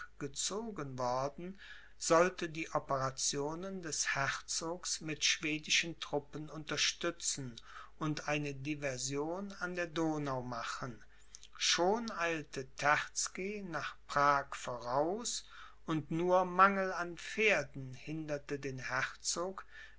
gezogen worden sollte die operationen des herzogs mit schwedischen truppen unterstützen und eine diversion an der donau machen schon eilte terzky nach prag voraus und nur mangel an pferden hinderte den herzog